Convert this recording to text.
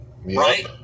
right